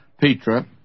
Petra